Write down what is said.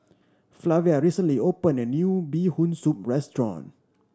Flavia recently opened a new Bee Hoon Soup restaurant